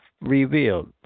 revealed